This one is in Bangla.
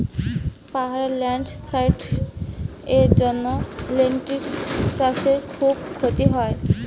পাহাড়ে ল্যান্ডস্লাইডস্ এর জন্য লেনটিল্স চাষে খুব ক্ষতি হয়